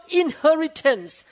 inheritance